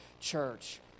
Church